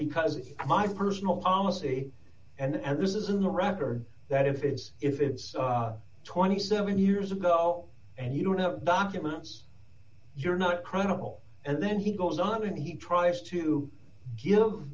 because it's my personal policy and this isn't the record that if it is if it's twenty seven years ago and you don't have documents you're not credible and then he goes on and he tries to give